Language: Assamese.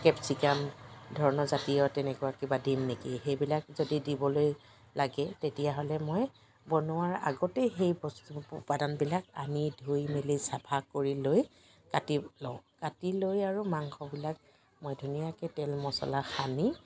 কেপচিকাম ধৰণৰ জাতীয় তেনেকুৱা কিবা দিম নেকি সেইবিলাক যদি দিবলৈ লাগে তেতিয়াহ'লে মই বনোৱাৰ আগতেই সেই বস্তু উপাদানবিলাক আনি ধুই মেলি চাফা কৰি লৈ কাটি লওঁ কাটি লৈ আৰু মাংসবিলাক মই ধুনীয়াকৈ তেল মছলা সানি